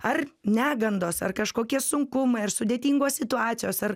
ar negandos ar kažkokie sunkumai ar sudėtingos situacijos ar